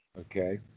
Okay